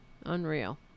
Unreal